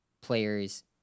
Players